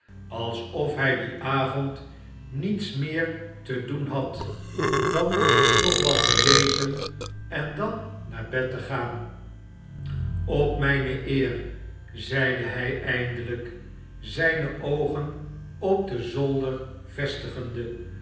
alsof hij dien avond niets meer te doen had dan nog wat te lezen en dan naar bed te gaan op mijne eer zeide hij eindelijk zijne oogen op den zolder vestigende